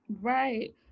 Right